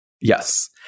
yes